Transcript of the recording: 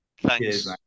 Thanks